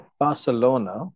Barcelona